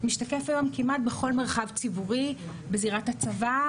משתקף היום כמעט בכל מרחב ציבורי בזירת הצבא,